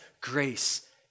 grace